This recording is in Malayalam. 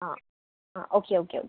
ആ ആ ഓക്കെ ഓക്കെ ഓക്കെ